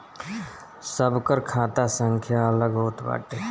सबकर खाता संख्या अलग होत बाटे